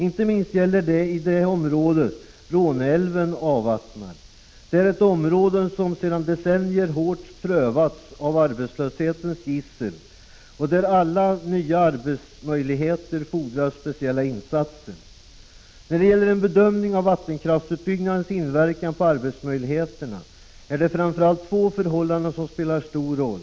Inte minst gäller det i det område som Råneälven avvattnar. Det är ett område som sedan decennier hårt prövats av arbetslöshetens gissel och där alla nya arbetsmöjligheter fordrar speciella insatser. När det gäller en bedömning av vattenkraftsutbyggnadens inverkan på arbetsmöjligheterna är det framför allt två förhållanden som spelar stor roll.